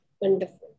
wonderful